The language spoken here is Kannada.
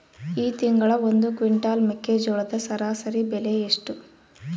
ಈ ತಿಂಗಳ ಒಂದು ಕ್ವಿಂಟಾಲ್ ಮೆಕ್ಕೆಜೋಳದ ಸರಾಸರಿ ಬೆಲೆ ಎಷ್ಟು?